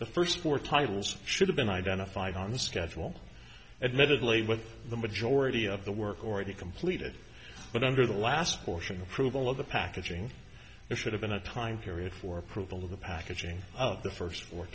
the first four titles should have been identified on the schedule admittedly with the majority of the work already completed but under the last portion approval of the packaging it should have been a time period for approval of the packaging of the first w